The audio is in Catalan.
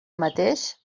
mateix